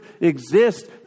exist